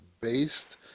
based